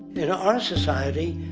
in our society,